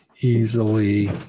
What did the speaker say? easily